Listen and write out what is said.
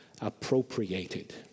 appropriated